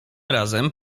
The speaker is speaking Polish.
razem